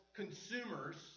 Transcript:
consumers